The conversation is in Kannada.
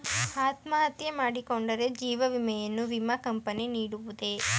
ಅತ್ಮಹತ್ಯೆ ಮಾಡಿಕೊಂಡರೆ ಜೀವ ವಿಮೆಯನ್ನು ವಿಮಾ ಕಂಪನಿ ನೀಡುವುದೇ?